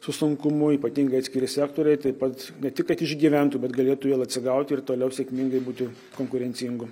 su sunkumu ypatingai atskiri sektoriai taip pat ne tik kad išgyventų bet galėtų vėl atsigauti ir toliau sėkmingai būti konkurencingu